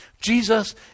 Jesus